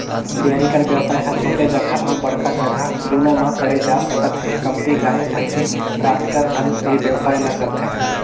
dairy कर बेवसाय ह छोटे जघा अउ बड़का जघा दूनो म करे जा सकत हे, कमती गाय, भइसी राखकर घलोक ए बेवसाय ल करथे